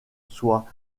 soit